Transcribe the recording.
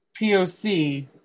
POC